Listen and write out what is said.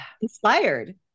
inspired